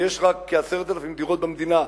ויש רק כ-10,000 דירות במדינה,